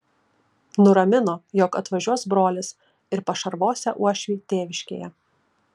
nuramino jog atvažiuos brolis ir pašarvosią uošvį tėviškėje